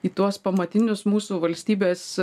į tuos pamatinius mūsų valstybės